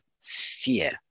fear